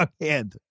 hand